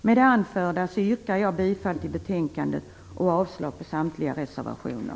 Med det anförda yrkar jag bifall till utskottets hemställan och avslag på samtliga reservationer.